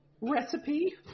recipe